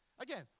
Again